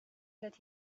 that